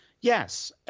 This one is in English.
Yes